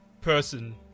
person